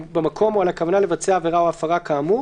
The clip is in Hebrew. במקום, או על הכוונה לבצע עבירה או הפרה כאמור,